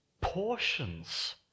portions